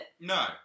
no